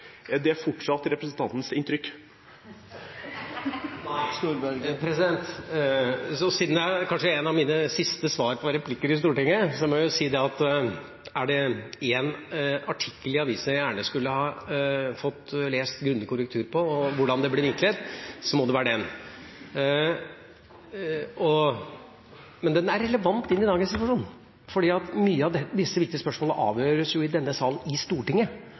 Er det fortsatt representantens inntrykk? Nei. Siden dette er et av mine siste svarreplikker i Stortinget, må jeg si at er det én avisartikkel jeg gjerne skulle ha fått lest grundig korrektur på – og hvordan den ble vinklet – er det den. Men den er relevant i dagens situasjon, for mange av disse viktige spørsmålene avgjøres jo i denne salen – i Stortinget.